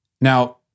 Now